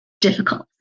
difficult